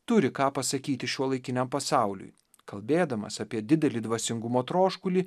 turi ką pasakyti šiuolaikiniam pasauliui kalbėdamas apie didelį dvasingumo troškulį